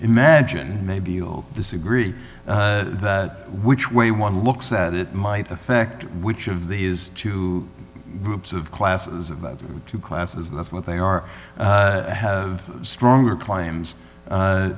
imagine maybe you'll disagree that which way one looks that it might affect which of these two groups of classes of two classes and that's what they are have stronger claims